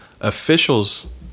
Officials